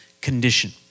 condition